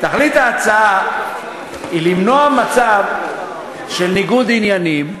תכלית ההצעה היא למנוע מצב של ניגוד עניינים,